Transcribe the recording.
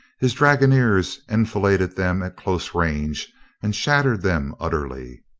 his dragooners enfiladed them at close range and shattered them utterly.